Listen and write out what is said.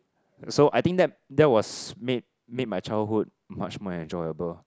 so I think that that was made made my childhood much more enjoyable